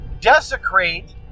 desecrate